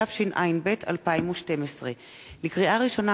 התשע"ב 2012. לקריאה ראשונה,